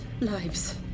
lives